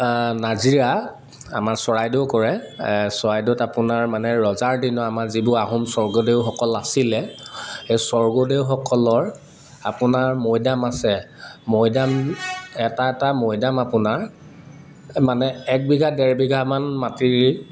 নাজিৰা আমাৰ চৰাইদেউ পৰে চৰাইদেউত আপোনাৰ মানে ৰজাৰ দিনৰ আমাৰ যিবোৰ আহোম স্বৰ্গদেউসকল আছিলে সেই স্বৰ্গদেউসকলৰ আপোনাৰ মৈদাম আছে মৈদাম এটা এটা মৈদাম আপোনাৰ মানে এক বিঘা ডেৰ বিঘামান মাটিৰ